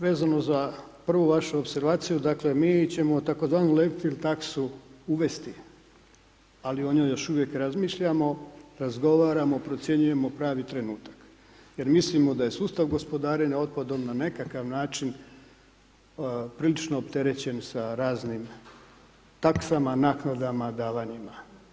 Vezano za prvu vašu opservaciju, dakle mi ćemo takozvanu … [[govornik se ne razumije]] taksu uvesti, ali o njoj još uvijek razmišljamo, razgovaramo procjenjujemo pravi trenutak, jer mislimo da je sustav gospodarenja otpadom na nekakav način prilično opterećen sa raznim taksama, naknadama, davanjima.